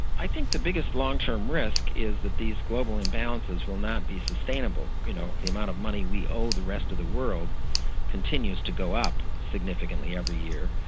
i think the biggest long-term risk is that these global imbalances will not be sustainable. you know, the amount of money we owe the rest of the world continues to go up significantly every year,